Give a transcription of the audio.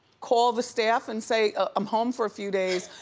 call the staff and say ah i'm home for a few days,